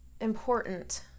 Important